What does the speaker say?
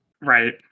Right